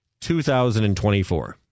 2024